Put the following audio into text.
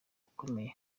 ukomeye